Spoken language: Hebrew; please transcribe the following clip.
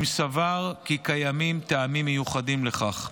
אם סבר כי קיימים טעמים מיוחדים לכך.